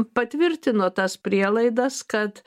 patvirtino tas prielaidas kad